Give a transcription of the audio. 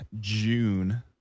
June